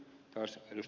arvoisa puhemies